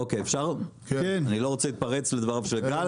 אני לא רוצה להתפרץ לדבריו של גל,